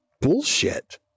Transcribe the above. bullshit